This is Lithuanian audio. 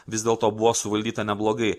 vis dėlto buvo suvaldyta neblogai